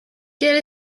quel